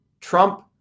Trump